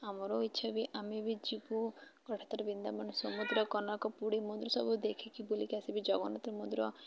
ଆମର ଇଚ୍ଛା ବି ଆମେ ବି ଯିବୁ ଗୋଟେଥର ବୃନ୍ଦାବନ ସମୁଦ୍ର କନକ ପୁରୀ ମନ୍ଦିର ସବୁ ଦେଖିକି ବୁଲିକି ଆସିବି ଜଗନ୍ନାଥ ମନ୍ଦିର